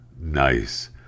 nice